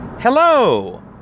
Hello